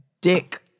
dick